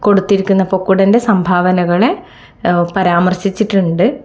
കൊടുത്തിരിക്കുന്ന പൊക്കുടൻ്റെ സംഭാവനകളെ പരാമർശിച്ചിട്ടുണ്ട്